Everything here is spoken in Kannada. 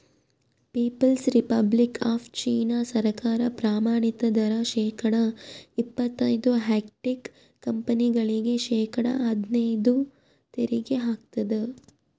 ಪೀಪಲ್ಸ್ ರಿಪಬ್ಲಿಕ್ ಆಫ್ ಚೀನಾ ಸರ್ಕಾರ ಪ್ರಮಾಣಿತ ದರ ಶೇಕಡಾ ಇಪ್ಪತೈದು ಹೈಟೆಕ್ ಕಂಪನಿಗಳಿಗೆ ಶೇಕಡಾ ಹದ್ನೈದು ತೆರಿಗೆ ಹಾಕ್ತದ